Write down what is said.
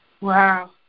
Wow